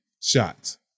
shots